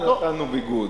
מחאה, נתנו ביגוד.